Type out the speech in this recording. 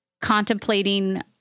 contemplating